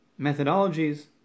methodologies